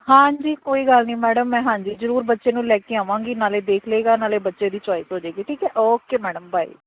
ਹਾਂਜੀ ਕੋਈ ਗੱਲ ਨਹੀਂ ਮੈਡਮ ਮੈਂ ਹਾਂਜੀ ਜ਼ਰੂਰ ਬੱਚੇ ਨੂੰ ਲੈ ਕੇ ਆਵਾਂਗੀ ਨਾਲੇ ਦੇਖ ਲਏਗਾ ਨਾਲੇ ਬੱਚੇ ਦੀ ਚੋਇਸ ਹੋ ਜਾਏਗੀ ਠੀਕ ਹੈ ਓਕੇ ਮੈਡਮ ਬਾਏ ਬਾਏ